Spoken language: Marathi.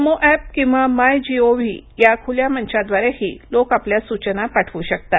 नमो एप किंवा माय जीओव्ही या खुल्या मंचांद्वारेही लोक आपल्या सूचना पाठवू शकतात